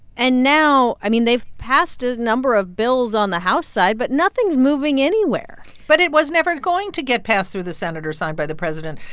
and now, i mean, they've passed a number of bills on the house side, but nothing's moving anywhere but it was never going to get passed through the senate or signed by the president.